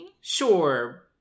Sure